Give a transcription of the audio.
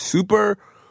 Super